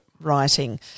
writing